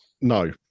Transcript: No